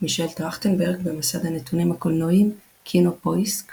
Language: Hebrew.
מישל טרכטנברג, במסד הנתונים הקולנועיים KinoPoisk